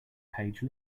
page